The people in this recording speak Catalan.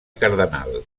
cardenal